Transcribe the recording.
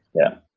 yeah,